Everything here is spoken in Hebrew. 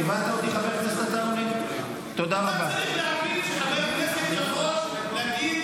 אתה לא יכול להכניס לחבר כנסת מילים